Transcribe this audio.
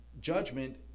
judgment